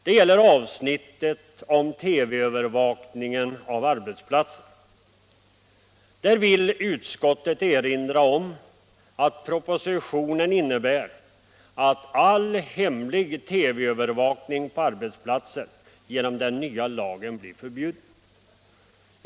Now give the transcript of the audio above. Det gäller avsnittet om TV-övervakning av arbetsplatser. Där vill utskottet erinra om att propositionen innebär att all hemlig TV-övervakning på arbetsplatsen genom den nya lagen blir förbjuden.